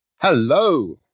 Hello